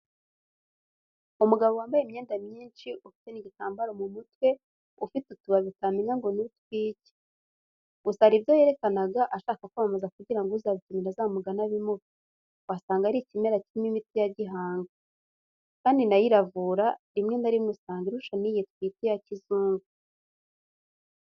Umugabo wambaye imyenda myinshi, ufite n'igitambaro mu mutwe, ufite utubabi utamenya ngo ni utwiki. Gusa hari ibyo yerekanaga ashaka kwamamaza kugira ngo uzabikenera azamugane abimuhe, wasanga ari ikimera kirimo imiti ya gihanga. Kandi na yo iravura, rimwe na rimwe usanga irusha n'iyi twita iya kizungu.